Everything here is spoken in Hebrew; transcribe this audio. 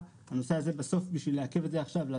הנושא הזה עכשיו כדי לעכב את זה עכשיו בשביל